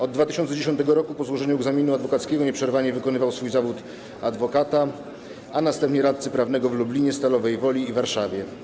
Od 2010 r. po złożeniu egzaminu adwokackiego nieprzerwanie wykonywał swój zawód adwokata, a następnie radcy prawnego w Lublinie, Stalowej Woli i Warszawie.